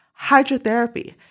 hydrotherapy